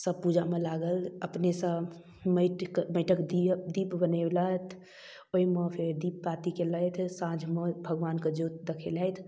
सभ पूजामे लागल अपनेसँ माटिके माटिके दीप बनेलथि ओहिमे फेर दीप बाती कएलथि साँझमे भगवानके जोत देखेलथि